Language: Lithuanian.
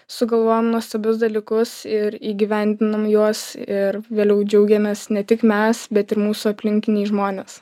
sugalvojam nuostabius dalykus ir įgyvendinam juos ir vėliau džiaugiamės ne tik mes bet ir mūsų aplinkiniai žmonės